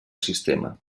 sistema